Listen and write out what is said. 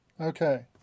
Okay